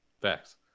Facts